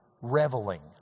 reveling